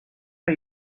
are